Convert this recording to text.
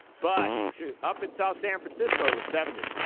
but up in south san francisco, it was seventy.